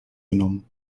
genommen